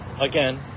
again